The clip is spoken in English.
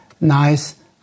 nice